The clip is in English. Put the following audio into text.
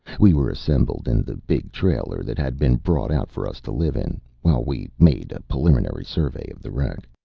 we were assembled in the big trailer that had been brought out for us to live in, while we made a preliminary survey of the wreck.